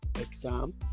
exam